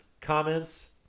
comments